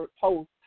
post